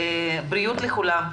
בריאות לכולם.